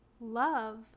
love